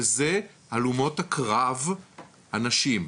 וזה הלומות הקרב הנשים.